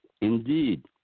indeed